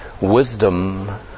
Wisdom